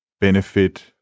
benefit